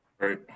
Right